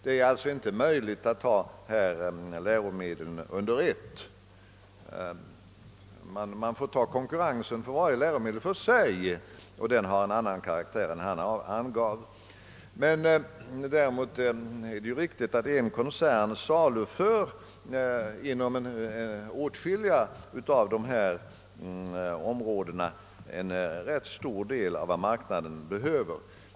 Därför är det inte möjligt att ur marknadssynpunkt tala om läromedel som ett enda begrepp. Man måste se på konkurrensen för varje grupp av läromedel för sig; och den konkurrensen har en helt annan karaktär än herr Arvidson angav. Däremot är det riktigt att en koncern på åtskilliga — men långt ifrån alla — av de områden det här gäller saluför en rätt stor del av vad marknaden behöver.